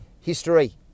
history